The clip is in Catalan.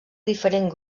diferent